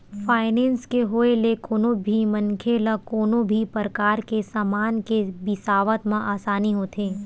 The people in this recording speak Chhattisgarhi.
फायनेंस के होय ले कोनो भी मनखे ल कोनो भी परकार के समान के बिसावत म आसानी होथे